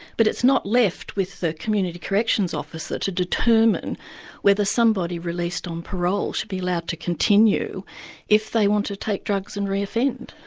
but it's not left with the community corrections officer to determine whether somebody released on parole should be allowed to continue if they want to take drugs and reoffend.